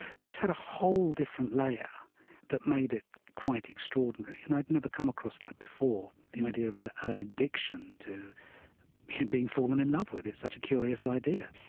but this had a whole different layer that made it quite extraordinary, and i'd never come across that before, the idea of ah of an addiction to being fallen in love with. it's such a curious idea.